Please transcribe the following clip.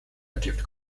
achieved